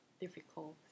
difficult